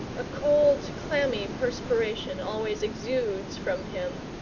a cold, clammy perspiration always exudes from him,